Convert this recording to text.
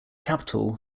capital